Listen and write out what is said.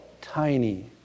tiny